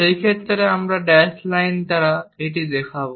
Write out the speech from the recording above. সেই ক্ষেত্রে আমরা ড্যাশড লাইন দ্বারা এটি দেখাব